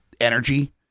energy